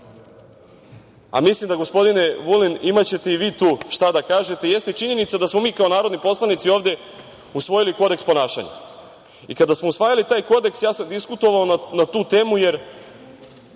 a mislim da, gospodine Vulin, imaćete i vi tu šta da kažete, jeste činjenica da smo mi kao narodni poslanici ovde usvojili Kodeks ponašanja. Kada smo usvajali taj Kodeks ja sam diskutovao na tu temu, jer